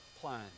plan